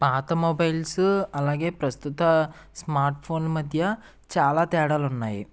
పాత మొబైల్సు అలాగే ప్రస్తుత స్మార్ట్ఫోన్ మధ్య చాలా తేడాలు ఉన్నాయి